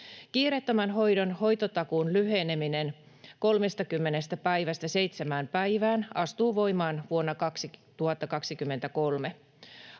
Kiireettömän hoidon hoitotakuun lyheneminen 30 päivästä seitsemään päivään astuu voimaan vuonna 2023.